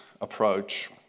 approach